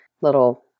little